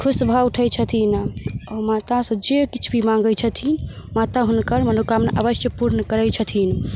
खुश भऽ उठै छथिन ओ मातासँ जे किछु भी माँगै छथिन माता हुनकर मनोकामना अवश्य पूर्ण करै छथिन